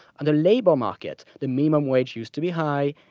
and the labor market. the minimum wage used to be high.